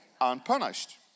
unpunished